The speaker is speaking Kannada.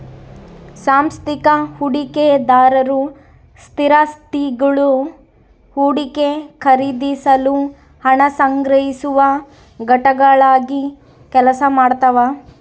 ಸಾಂಸ್ಥಿಕ ಹೂಡಿಕೆದಾರರು ಸ್ಥಿರಾಸ್ತಿಗುಳು ಹೂಡಿಕೆ ಖರೀದಿಸಲು ಹಣ ಸಂಗ್ರಹಿಸುವ ಘಟಕಗಳಾಗಿ ಕೆಲಸ ಮಾಡ್ತವ